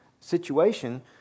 situation